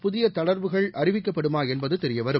புதிய தளர்வுகள் அறிவிக்கப்படுமா என்பது தெரியவரும்